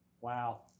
wow